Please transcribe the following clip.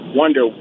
wonder